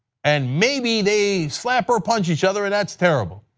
and maybe they slap or punch each other, and that's terrible.